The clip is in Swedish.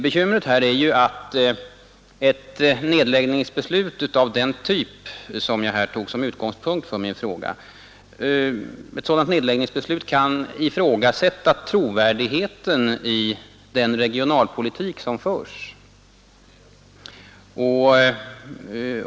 Bekymret här är ju att ett nedläggningsbeslut av den typ som jag tog som utgångspunkt för min fråga kan ifrågasätta trovärdigheten i den regionalpolitik som förs.